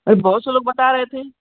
अरे बहुत से लोग बता रहे थे